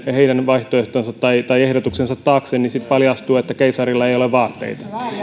heidän vaihtoehtonsa tai tai ehdotuksensa taakse sitten paljastuu että keisarilla ei ole vaatteita